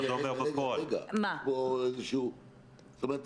זאת אומרת,